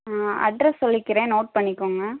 ஆ address சொல்லிக்கிறேன் note பண்ணிக்கோங்க